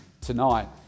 tonight